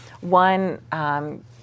One